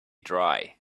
dry